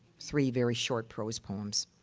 three very short prose poems.